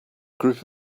group